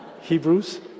Hebrews